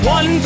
One